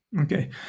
Okay